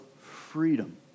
freedom